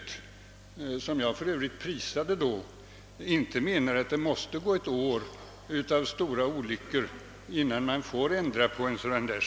Jag hoppas nu att herr Brandt i det stycket inte menar att det måste gå ett år av stora olyckor innan man får ändra en bestämmelse.